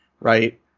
right